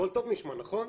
הכול טוב נשמע, נכון?